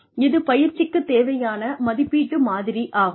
இது பயிற்சிக்கு தேவையான மதிப்பீட்டு மாதிரி ஆகும்